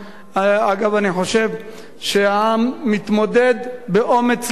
אגב, אני חושב שהעם מתמודד באומץ לב.